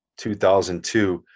2002